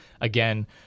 again